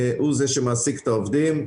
הוא זה שמעסיק את העובדים.